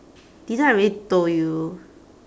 didn't I already told you